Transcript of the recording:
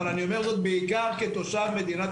אבל אני אומר זאת בעיקר כתושב מדינת